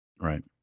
Right